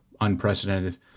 unprecedented